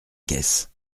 caisse